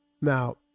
Now